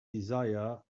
desire